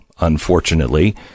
unfortunately